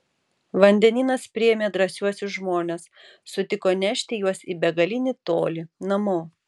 vandenynas priėmė drąsiuosius žmones sutiko nešti juos į begalinį tolį namo